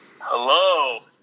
Hello